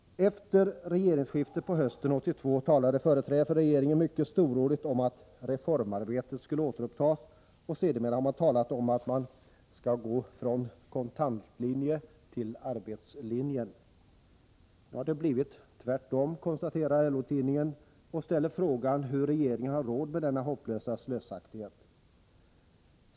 Efter regeringsskiftet på hösten 1982 talade företrädare för regeringen mycket storordigt om att reformarbetet skulle återupptas, och sedermera har man talat om att man skall gå från ”kontantlinjen” till ”arbetslinjen”. Nu har det blivit tvärtom, konstaterar LO-tidningen och ställer frågan, hur regeringen har råd med denna hopplösa slösaktighet.